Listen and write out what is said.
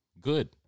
Good